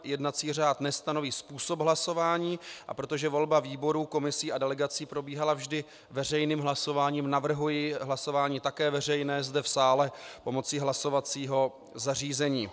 Jednací řád nestanoví způsob hlasování, a protože volba výborů, komisí a delegací probíhala vždy veřejným hlasováním, navrhuji hlasování také veřejné zde v sále pomocí hlasovacího zařízení.